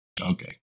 okay